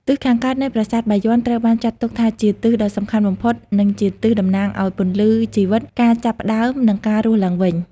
ទិសខាងកើតនៃប្រាសាទបាយ័ន ត្រូវបានចាត់ទុកថាជា ទិសដ៏សំខាន់បំផុត និងជាទិសតំណាងឱ្យ ពន្លឺ ជីវិត ការចាប់ផ្តើម និងការរស់ឡើងវិញ។